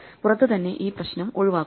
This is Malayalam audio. പുറത്ത് തന്നെ ഈ പ്രശ്നം ഒഴിവാക്കുന്നു